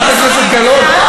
חברת הכנסת גלאון,